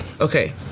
okay